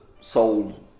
sold